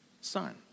son